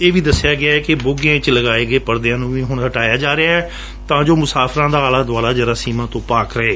ਇਹ ਵੀ ਦਸਿਆ ਗਿਐ ਕਿ ਬੋਗੀਆਂ ਵਿਚ ਲਗਾਏ ਗਏ ਪਰਦਿਆਂ ਨੂੰ ਵੀ ਹੁਣ ਹਟਾਇਆ ਜਾ ਰਿਹੈ ਤਾਂ ਜੋ ਮੁਸਾਫਰਾਂ ਦਾ ਆਲਾ ਦੁਆਲਾ ਜ਼ਰਾਸੀਮਾ ਤੋਂ ਪਾਕ ਰਹੇ